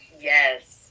Yes